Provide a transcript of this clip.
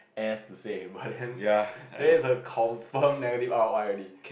ass to say but then there is a confirm negative R_O_I already